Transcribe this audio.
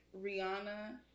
Rihanna